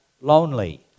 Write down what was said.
lonely